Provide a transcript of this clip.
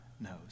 knows